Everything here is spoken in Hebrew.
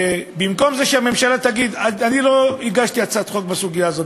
במקום שהממשלה תגיד: אני לא הגשתי הצעת חוק בסוגיה הזאת,